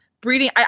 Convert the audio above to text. breeding